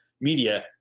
media